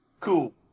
Cool